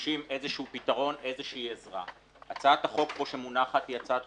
שמבקשים איזה פתרון, איזו עזרה.